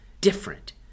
different